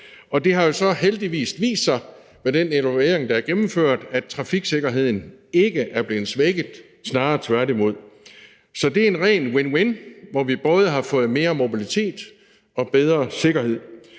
Det har jo så heldigvis vist sig med den evaluering, der er gennemført, at trafiksikkerheden ikke er blevet svækket, snarere tværtimod. Så det er en ren win-win, hvor vi både har fået mere mobilitet og bedre sikkerhed.